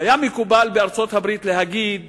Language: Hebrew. מקובל להגיד